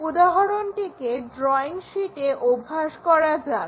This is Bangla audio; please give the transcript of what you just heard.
উদাহরণটিকে ড্রইং শীটে অভ্যাস করা যাক